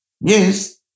Yes